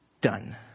done